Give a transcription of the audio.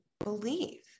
Believe